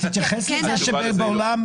אני מבקש שתתייחס גם לכך שברשתות גדולות בעולם,